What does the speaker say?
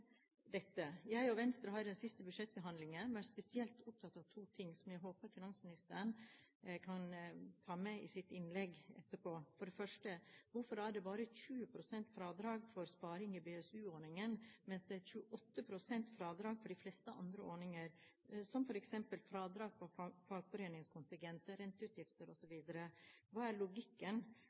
dette. Jeg og Venstre har i de siste budsjettbehandlingene vært spesielt opptatt av to ting, som jeg håper finansministeren kan ta opp i sitt innlegg etterpå. For det første: Hvorfor er det bare 20 pst. fradrag for sparing i BSU-ordningen, mens det er 28 pst. fradrag for de fleste andre ordninger, som f.eks. fradrag for fagforeningskontingent, renteutgifter osv. Hva er logikken